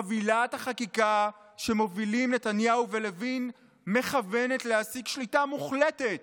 חבילת החקיקה שמובילים נתניהו ולוין מכוונת להשיג שליטה מוחלטת